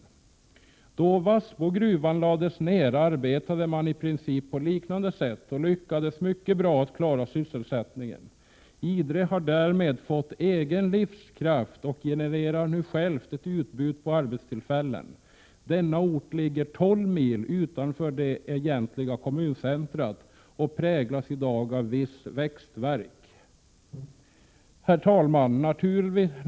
Då Vassbogruvan lades ned arbetade man i princip på liknande sätt och lyckades mycket bra med att klara sysselsättningen. Idre har därmed fått egen livskraft och genererar nu själv arbetstillfällen. Denna ort ligger 12 mil utanför det egentliga kommuncentrat och präglas i dag av viss växtvärk. Herr talman!